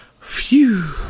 Phew